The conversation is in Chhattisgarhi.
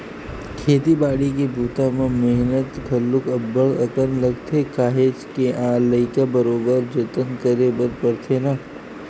खेती बाड़ी के बूता म मेहनत घलोक अब्ब्ड़ अकन लगथे काहेच के लइका बरोबर जतन करे बर परथे ना